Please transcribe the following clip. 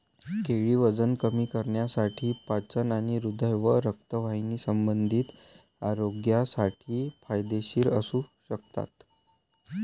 केळी वजन कमी करण्यासाठी, पचन आणि हृदय व रक्तवाहिन्यासंबंधी आरोग्यासाठी फायदेशीर असू शकतात